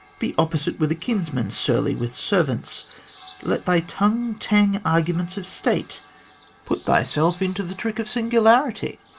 be opposite with a kinsman, surly with servants let thy tongue tang arguments of state put thyself into the trick of singularity